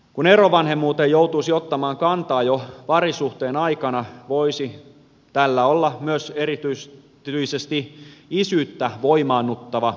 kun erovanhemmuuteen joutuisi ottamaan kantaa jo parisuhteen aikana voisi tällä olla myös erityisesti isyyttä voimaannuttava vaikutus